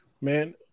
man